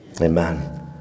Amen